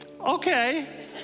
Okay